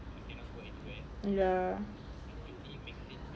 ya